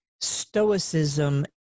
Stoicism